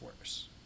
worse